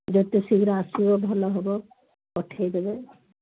ଯେତେ ଶୀଘ୍ର ଆସିବ ଭଲ ହବ ପଠେଇ ଦେବେ